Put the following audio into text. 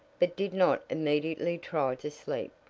but did not immediately try to sleep.